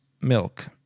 milk